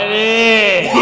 a